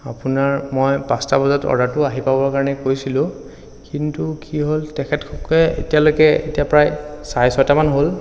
আপোনাৰ মই পাঁচটা বজাত অৰ্ডাৰটো আহি পাবৰ কাৰণে কৈছিলোঁ কিন্তু কি হ'ল তেখেতলোকে এতিয়ালৈকে এতিয়া প্ৰায় চাৰে ছটামান হ'ল